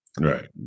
Right